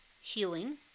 Healing